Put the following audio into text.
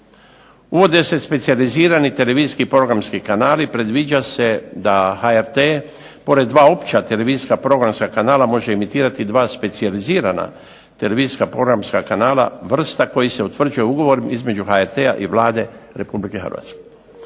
Uvode se specijalizirani televizijski programski kanali predviđa se da HRT pored dva opća televizijska programska kanala može emitirati dva specijalizirana televizijska programska kanala, vrsta koji se utvrđuju ugovorom između HRT-a i Vlade Republike Hrvatske.